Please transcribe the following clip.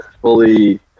fully